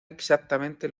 exactamente